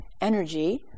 energy